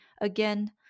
again